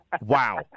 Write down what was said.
wow